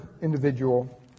individual